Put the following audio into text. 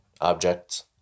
objects